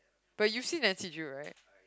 but you see Nancy-Drew right